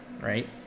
right